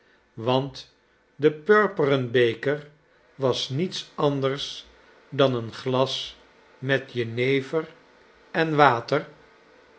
want de purperen beker was niets anders dan een glas met jenever en water